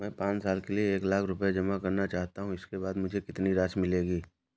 मैं पाँच साल के लिए एक लाख रूपए जमा करना चाहता हूँ इसके बाद मुझे कितनी राशि मिलेगी?